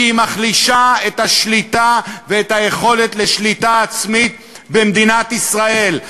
כי היא מחלישה את השליטה ואת היכולת לשליטה עצמית במדינת ישראל.